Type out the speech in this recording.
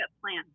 plan